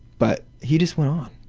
but he just went on,